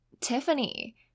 Tiffany